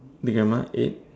big camera eight